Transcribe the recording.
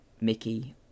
Mickey